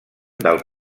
del